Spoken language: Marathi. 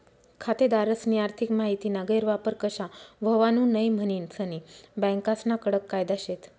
खातेदारस्नी आर्थिक माहितीना गैरवापर कशा व्हवावू नै म्हनीन सनी बँकास्ना कडक कायदा शेत